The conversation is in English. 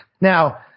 now